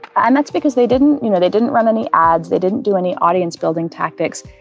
and that's because they didn't you know. they didn't run any ads. they didn't do any audience building tactics.